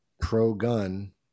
pro-gun